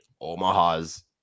Omaha's